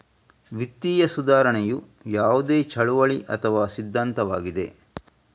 ವಿತ್ತೀಯ ಸುಧಾರಣೆಯು ಯಾವುದೇ ಚಳುವಳಿ ಅಥವಾ ಸಿದ್ಧಾಂತವಾಗಿದೆ